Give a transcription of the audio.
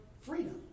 freedom